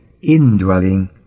indwelling